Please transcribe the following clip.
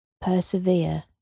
persevere